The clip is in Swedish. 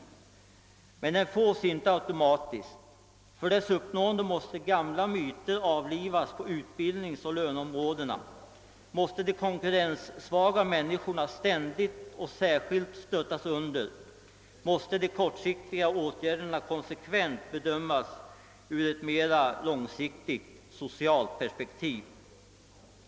Men den fås inte automatiskt. För dess uppnående måste gamla myter avlivas på utbildningsoch löneområdena, måste de konkurrenssvagaste människorna ständigt och särskilt stöttas under, måste de kortsiktiga åtgärderna konsekvent bedömas ur ett mera långsiktigt socialt perspektiv.